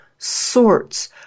Sorts